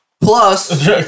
Plus